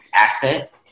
asset